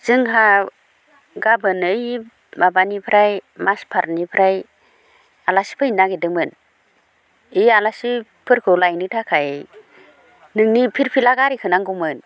जोंहा गाबोन ओइ माबानिफ्राय माजबाटनिफ्राय आलासि फैनो नागिरदोंमोन बै आलासिफोरखौ लायनो थाखाय नोंनि फिलफिला गारिखौ नांगौमोन